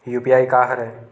UPI का हरय?